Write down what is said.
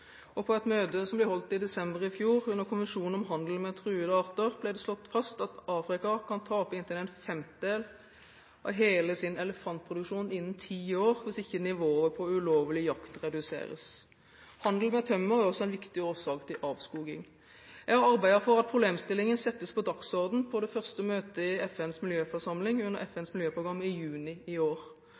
På et møte som ble holdt i desember i fjor under Konvensjonen om handel med truede arter – CITES, ble det slått fast at Afrika kan tape inntil en femtedel av hele sin elefantpopulasjon innen ti år hvis ikke nivået på ulovlig jakt reduseres. Handel med tømmer er også en viktig årsak til avskoging. Jeg har arbeidet for at problemstillingen settes på dagsorden på det første møtet i FNs miljøforsamling under FNs miljøprogram i juni i år.